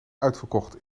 uitverkocht